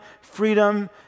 freedom